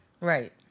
Right